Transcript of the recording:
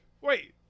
Wait